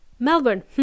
Melbourne